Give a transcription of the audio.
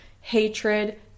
hatred